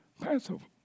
Passover